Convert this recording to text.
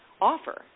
offer